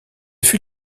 fut